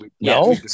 No